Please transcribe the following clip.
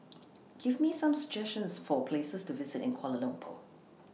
Give Me Some suggestions For Places to visit in Kuala Lumpur